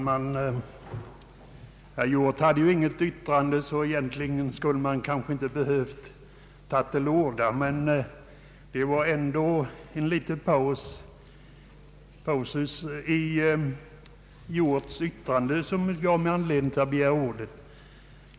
Herr talman! Herr Hjorth gjorde ju inte något yrkande, men en liten passus i hans yttrande gav mig ändå anledning att begära ordet.